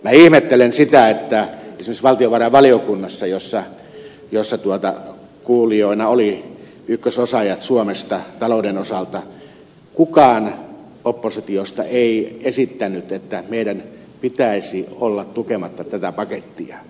minä ihmettelen sitä että esimerkiksi valtiovarainvaliokunnassa jossa kuultavina olivat ykkösosaajat suomesta talouden osalta kukaan oppositiosta ei esittänyt että meidän pitäisi olla tukematta tätä pakettia